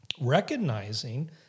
recognizing